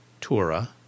Torah